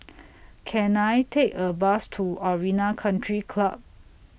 Can I Take A Bus to Arena Country Club